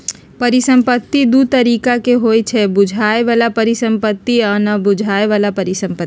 परिसंपत्ति दु तरिका के होइ छइ बुझाय बला परिसंपत्ति आ न बुझाए बला परिसंपत्ति